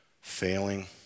Failing